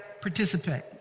participate